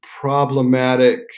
problematic